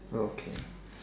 okay